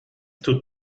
tut